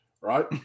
right